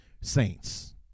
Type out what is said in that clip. Saints